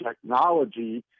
technology